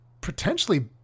potentially